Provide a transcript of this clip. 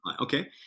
Okay